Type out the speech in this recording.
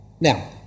Now